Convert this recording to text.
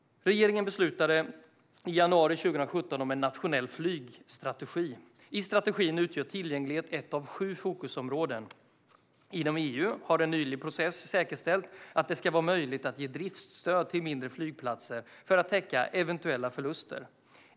Regeringen beslutade i januari 2017 om en nationell flygstrategi. I strategin utgör tillgänglighet ett av sju fokusområden. Inom EU har en nylig process säkerställt att det ska vara möjligt att ge driftsstöd till mindre flygplatser för att täcka eventuella förluster.